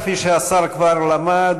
כפי שהשר כבר למד,